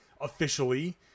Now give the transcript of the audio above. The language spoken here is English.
officially